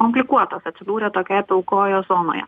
komplikuotas atsidūrė tokioje pilkojoje zonoje